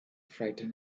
frighten